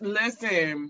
listen